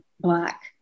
black